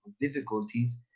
difficulties